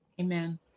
Amen